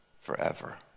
forever